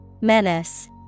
Menace